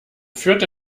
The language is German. führt